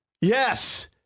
Yes